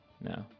no